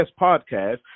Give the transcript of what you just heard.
podcast